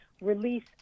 release